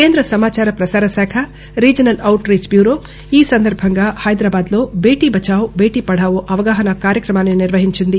కేంద్ర సమాచార పసారశాఖ రీజనల్ అవుట్ రీచ్ బ్యూరో ఈ సందర్భంగా హైదరాబాద్లో బేటీ బచావ్ బేటీ పడావో అవగాహన కార్యక్రమాన్ని నిర్వహించింది